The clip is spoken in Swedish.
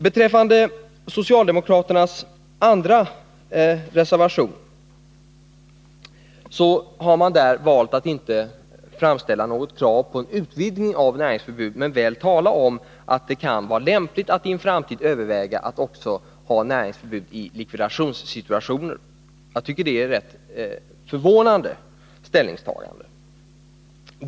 Beträffande socialdemokraternas reservation 2 har man valt att inte framställa något krav på en utvidgning av näringsförbudet, men väl tala om att det kan vara lämpligt att i en framtid överväga att också ha näringsförbud i likvidationssituationer. Jag tycker det är ett förvånande ställningstagande.